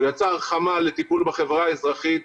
הוא יצר חמ"ל לטיפול בחברה האזרחית.